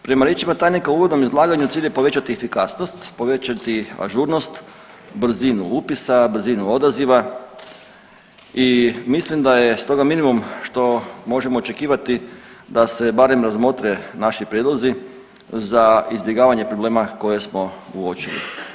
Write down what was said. Prema riječima tajnika u uvodnom izlaganju cilj je povećati efikasnost, povećati ažurnost, brzinu upisa, brzinu odaziva i mislim da je stoga minimum što možemo očekivati da se barem razmotre naši prijedlozi za izbjegavanje problema koje smo uočili.